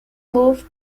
moved